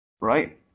right